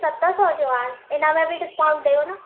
सत सौ जो आहे हिन में बि डिस्काउंट ॾियो न